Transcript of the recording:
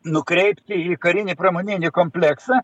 nukreipti į karinį pramoninį kompleksą